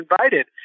invited